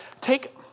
take